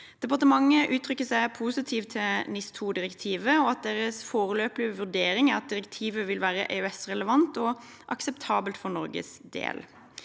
Departementet uttrykker seg positivt til NIS2direktivet, og deres foreløpige vurdering er at direktivet vil være EØS-relevant og akseptabelt for Norges del.